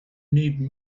need